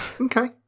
Okay